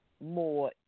more